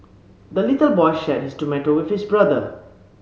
the little boy shared his tomato with his brother